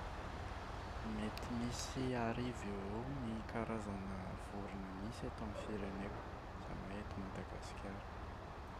Mety misy arivo eoeo ny karazana vorona misy eto amin’ny fireneko, izany hoe eto Madagasikara.